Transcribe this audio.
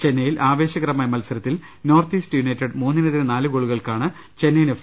ചെന്നൈയിൽ ആവേശകരമായ മത്സ രത്തിൽ നോർത്ത് ഈസ്റ്റ് യുണൈറ്റഡ് മൂന്നിനെതിരെ നാല് ഗോളുകൾക്കാണ് ചെന്നൈയിൻ എഫ്